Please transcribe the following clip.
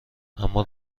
اما